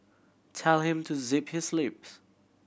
tell him to zip his lips